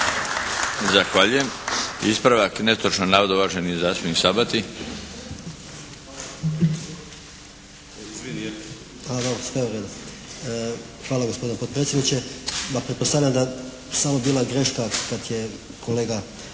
Hvala gospodine potpredsjedniče.